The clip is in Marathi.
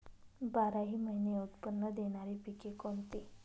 बाराही महिने उत्त्पन्न देणारी पिके कोणती?